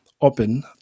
open